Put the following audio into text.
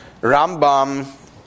Rambam